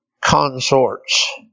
consorts